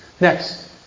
Next